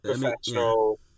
professional